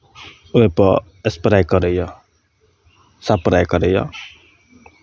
ओहिपर स्प्रे करैए सपराइ करैए